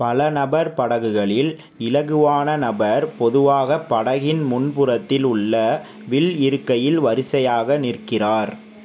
பல நபர் படகுகளில் இலகுவான நபர் பொதுவாக படகின் முன்புறத்தில் உள்ள வில் இருக்கையில் வரிசையாக நிற்கிறார்